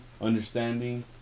understanding